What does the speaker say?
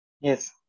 Yes